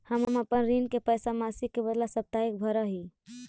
हम अपन ऋण के पैसा मासिक के बदला साप्ताहिक भरअ ही